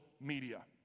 media